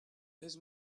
his